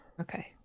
okay